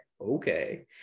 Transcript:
okay